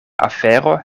afero